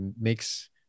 makes